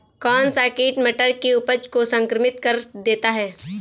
कौन सा कीट मटर की उपज को संक्रमित कर देता है?